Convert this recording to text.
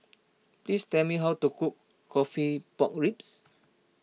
please tell me how to cook Coffee Pork Ribs